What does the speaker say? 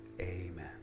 amen